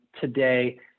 today